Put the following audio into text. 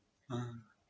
uh